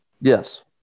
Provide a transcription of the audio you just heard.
Yes